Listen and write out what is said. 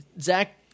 Zach